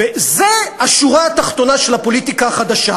וזה השורה התחתונה של הפוליטיקה החדשה,